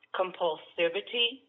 compulsivity